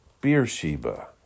Beersheba